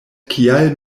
kial